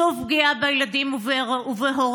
שוב פגיעה בילדים ובהוריהם,